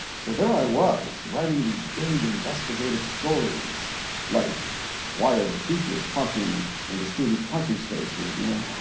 so there i was writing these big investigative stories like why are the teacher s parking in the students parking spaces? you know